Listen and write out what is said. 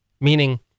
meaning